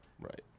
Right